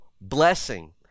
blessing